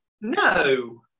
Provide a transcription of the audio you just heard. No